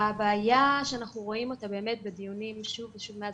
הבעיה שאנחנו רואים אותה באמת בדיונים שוב ושוב מאז